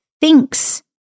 thinks